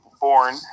born